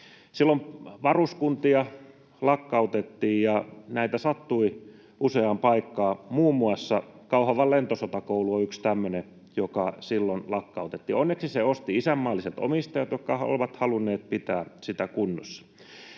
Silloin varuskuntia lakkautettiin, ja näitä sattui useaan paikkaan. Muun muassa Kauhavan Lentosotakoulu on yksi tämmöinen, joka silloin lakkautettiin. Onneksi sen ostivat isänmaalliset omistajat, jotka ovat halunneet pitää sitä kunnossa.